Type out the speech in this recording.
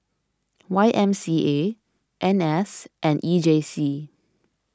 Y M C A N S and E J C